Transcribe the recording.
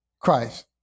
Christ